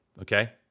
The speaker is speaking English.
Okay